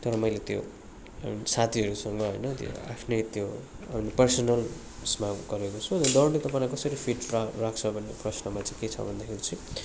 तर मैले त्यो साथीहरूसँग होइन त्यो आफ्नै त्यो पर्सनल उयसमा गरेको छु दौड्नु त मलाई कसरी फिट रा राख्छ भन्ने प्रश्नमा चाहिँ के छ भन्दाखेरि चाहिँ